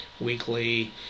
weekly